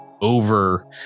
over